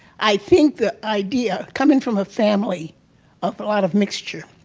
i think the idea, coming from a family of a lot of mixture,